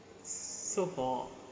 so for